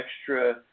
extra